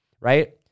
Right